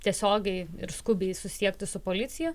tiesiogiai ir skubiai susisiekti su policija